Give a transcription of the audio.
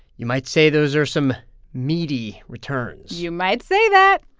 you might say those are some meaty returns you might say that.